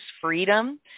freedom